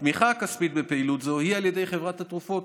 התמיכה הכספית בפעילות זו היא על ידי חברת התרופות,